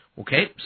Okay